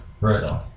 right